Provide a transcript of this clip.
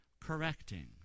correcting